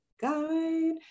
guide